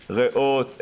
ריאות,